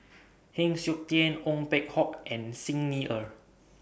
Heng Siok Tian Ong Peng Hock and Xi Ni Er